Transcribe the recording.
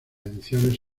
ediciones